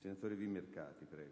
facoltà. VIMERCATI *(PD)*.